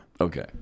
Okay